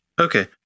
Okay